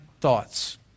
thoughts